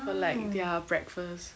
or like their breakfast